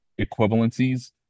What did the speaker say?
equivalencies